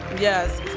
Yes